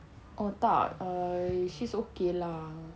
oh tak err she's okay lah